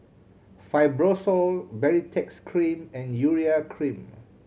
Fibrosol Baritex Cream and Urea Cream